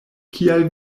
kial